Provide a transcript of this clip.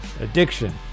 addiction